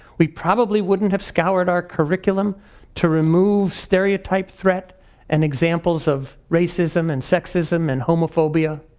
we probably wouldn't have scoured our curriculum to remove stereotype threat and examples of racism and sexism and homophobia.